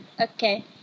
Okay